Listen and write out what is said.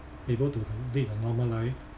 able to le~ lead a normal life